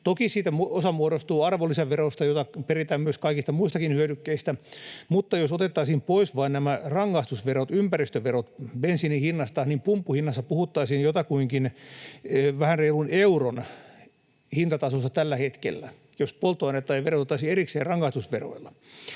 Toki siitä osa muodostuu arvonlisäverosta, jota peritään kaikista muistakin hyödykkeistä, mutta jos otettaisiin pois vain nämä rangaistusverot, ympäristöverot, bensiinin hinnasta, niin pumppuhinnassa puhuttaisiin jotakuinkin vähän reilun euron hintatasosta tällä hetkellä, jos polttoainetta ei verotettaisi erikseen rangaistusveroilla.